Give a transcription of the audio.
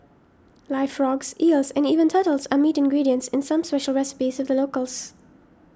live frogs eels and even turtles are meat ingredients in some special recipes of the locals